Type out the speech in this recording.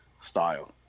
style